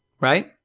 Right